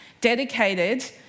dedicated